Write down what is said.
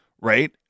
right